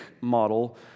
model